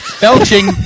Belching